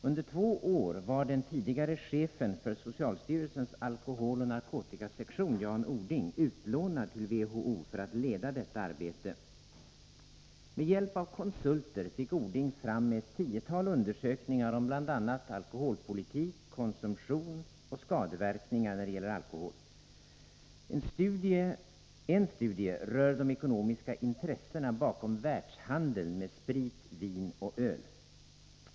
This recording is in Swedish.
Under två år var den tidigare chefen för socialstyrelsens alkoholoch narkotikasektion, Jan Ording, utlånad till WHO för att leda detta arbete. Med hjälp av konsulter fick Ording fram ett tiotal undersökningar om bl.a. politik, konsumtion och skadeverkningar när det gäller alkohol. En studie rör de ekonomiska intressena bakom världshandeln med sprit, vin och öl.